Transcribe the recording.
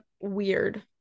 weird